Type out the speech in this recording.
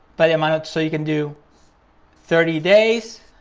but and so you can do thirty days